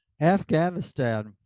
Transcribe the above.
afghanistan